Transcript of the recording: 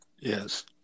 yes